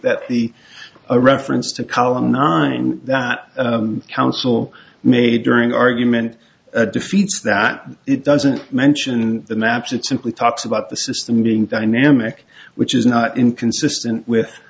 that the a reference to column nine that council made during argument defeats that it doesn't mention the maps it simply talks about the system being dynamic which is not inconsistent